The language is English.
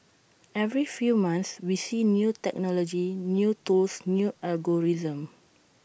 every few months we see new technology new tools new algorithms